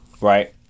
Right